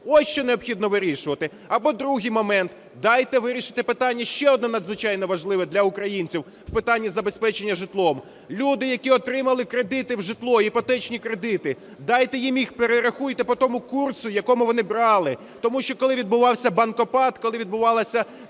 Ось що необхідно вирішувати. Або другий момент: дайте вирішити питання ще одне надзвичайно важливе для українців в питанні забезпечення житлом. Люди, які отримали кредити на житло, іпотечні кредити, дайте їм і перерахуйте по тому курсу, якому вони брали. Тому що коли відбувався "банкопад", коли відбувалася